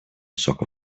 soccer